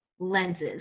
lenses